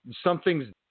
Something's